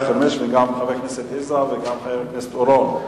חבר הכנסת עזרא וגם חבר הכנסת אורון,